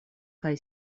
kaj